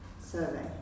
survey